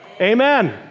Amen